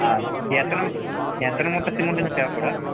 ஆ எத்தனை எத்தனை மூட்டை சிமெண்ட்டுங்க தேவைப்படும்